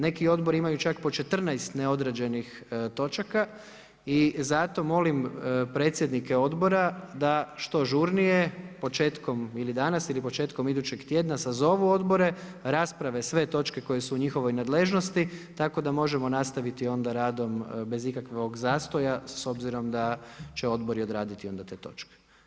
Neki odbori imaju čak po 14 neodrađenih točaka i zato molim predsjednike odbora da što žurnije, početkom ili danas ili početkom idućeg tjedna, sazovu odbore, rasprave sve točke koje su u njihovoj nadležnosti tako da možemo nastaviti onda radom bez ikakvog zastoja, s obzirom da će odbori odraditi onda te točke.